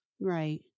Right